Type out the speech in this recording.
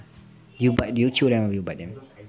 do you bite do you chew them or you bite them